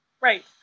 Right